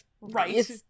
Right